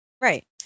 right